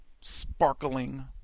sparkling